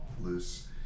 loose